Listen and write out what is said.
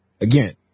Again